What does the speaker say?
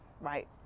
right